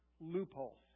loopholes